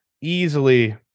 easily